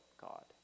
god